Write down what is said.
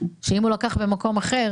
שאם הוא לקח במקום אחר